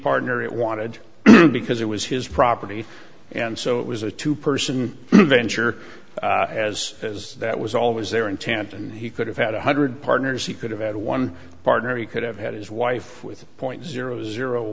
partner it wanted because it was his property and so it was a two person venture as as that was always their intent and he could have had one hundred partners he could have had one partner he could have had his wife with a point zero zero